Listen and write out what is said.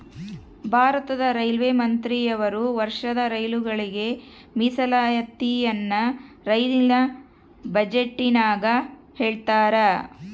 ಭಾರತದ ರೈಲ್ವೆ ಮಂತ್ರಿಯವರು ವರ್ಷದ ರೈಲುಗಳಿಗೆ ಮೀಸಲಾತಿಯನ್ನ ರೈಲಿನ ಬಜೆಟಿನಗ ಹೇಳ್ತಾರಾ